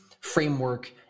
framework